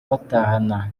batahana